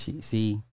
See